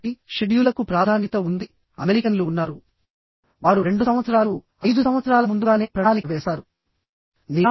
కాబట్టి షెడ్యూల్లకు ప్రాధాన్యత ఉంది అమెరికన్లు ఉన్నారు వారు 2 సంవత్సరాలు 5 సంవత్సరాల ముందుగానే ప్రణాళిక వేస్తారు